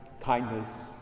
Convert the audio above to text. kindness